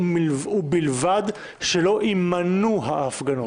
ובלבד שלא יימנעו ההפגנות.